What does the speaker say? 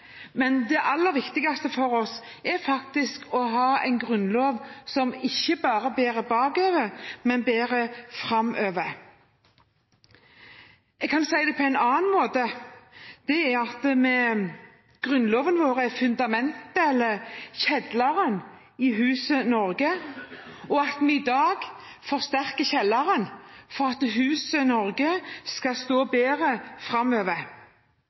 men det aller viktigste for oss er faktisk å ha en grunnlov som ikke bare bærer bakover, men også bærer framover. Jeg kan si det på en annen måte: Grunnloven vår er fundamentet eller kjelleren i huset Norge, og i dag forsterker vi kjelleren for at huset Norge skal stå bedre framover.